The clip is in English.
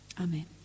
Amen